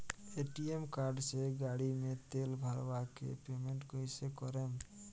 ATM card से गाड़ी मे तेल भरवा के पेमेंट कैसे करेम?